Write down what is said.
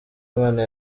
imana